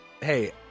Hey